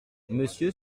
monsieur